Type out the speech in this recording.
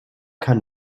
kann